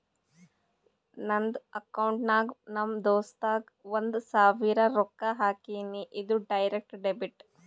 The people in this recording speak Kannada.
ನಂದ್ ಅಕೌಂಟ್ಲೆ ನಮ್ ದೋಸ್ತುಗ್ ಒಂದ್ ಸಾವಿರ ರೊಕ್ಕಾ ಹಾಕಿನಿ, ಇದು ಡೈರೆಕ್ಟ್ ಡೆಬಿಟ್